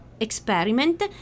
experiment